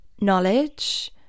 knowledge